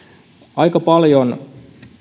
aika paljon